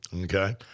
Okay